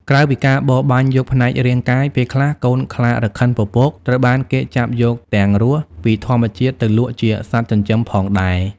ក្រៅពីការបរបាញ់យកផ្នែករាងកាយ ពេលខ្លះ កូនខ្លារខិនពពក ត្រូវបានគេចាប់យកទាំងរស់ពីធម្មជាតិទៅលក់ជា សត្វចិញ្ចឹមផងដែរ។